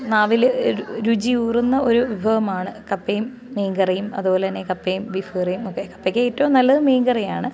നാവിൽ രുചിയൂറുന്ന ഒരു വിഭവമാണ് കപ്പയും മീൻ കറിയും അതുപോലെ തന്നെ കപ്പയും ബീഫ് കറിയുമൊക്കെ കപ്പയ്ക്ക് ഏറ്റവും നല്ലത് മീൻ കറിയാണ്